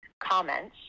comments